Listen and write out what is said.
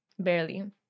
barely